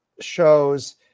shows